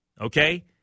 okay